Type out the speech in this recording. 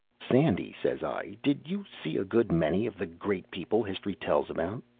sandy, says i, did you see a good many of the great people history tells about?